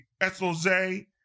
SOZ